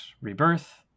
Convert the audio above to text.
rebirth